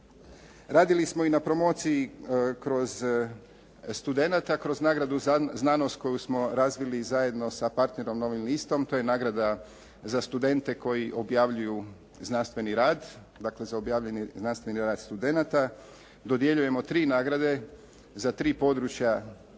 Radili smo i na promociji studenata kroz nagradu "Znanost" koju smo razvili zajedno sa partnerom "Novim listom". To je nagrada za studente koji objavljuju znanstveni rad, dakle za objavljeni znanstveni rad